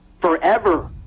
forever